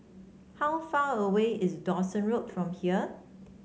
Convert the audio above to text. how far away is Dawson Road from here